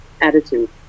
attitude